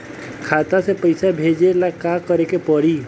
खाता से पैसा भेजे ला का करे के पड़ी?